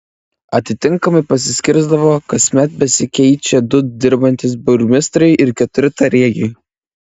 atitinkamai pasiskirstydavo kasmet besikeičią du dirbantys burmistrai ir keturi tarėjai